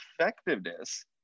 effectiveness